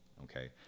okay